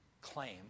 claim